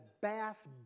bass